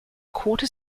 quarter